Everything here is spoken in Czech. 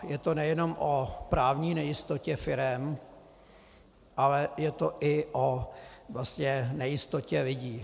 Je to nejenom o právní nejistotě firem, ale je to i o nejistotě lidí.